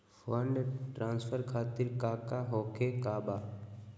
Fund transfer खातिर काका होखे का बा?